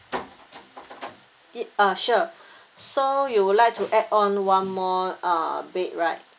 it uh sure so you would like to add on one more uh bed right